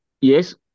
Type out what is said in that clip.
yes